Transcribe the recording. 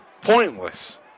Pointless